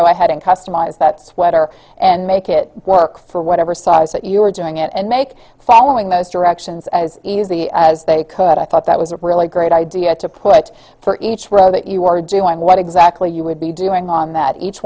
go ahead and customize that sweater and make it work for whatever size that you were doing it and make following those directions as easily as they could i thought that was a really great idea to put for each row that you were doing what exactly you would be doing on that each